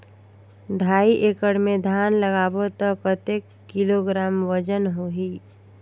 ढाई एकड़ मे धान लगाबो त कतेक किलोग्राम वजन होही?